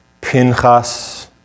Pinchas